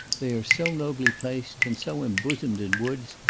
they are so nobly placed, and so embosomed in woods,